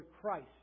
Christ